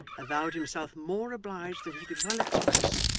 avowed himself more obliged than he could well express,